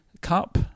cup